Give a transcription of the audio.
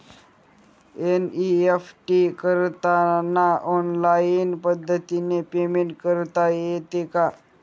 NEFT करताना online पद्धतीने payment करता येते का?